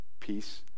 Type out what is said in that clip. peace